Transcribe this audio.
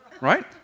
Right